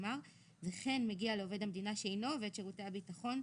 נאמר "וכן מגיע לעובד המדינה שאינו עובד שירותי הביטחון,